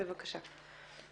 בבקשה.